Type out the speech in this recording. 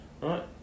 right